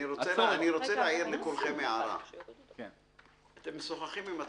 אני רוצה להעיר לכולכם הערה: אתם משוחחים עם עצמכם,